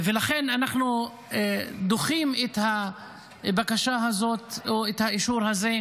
לכן, אנחנו דוחים את הבקשה הזאת או את האישור הזה,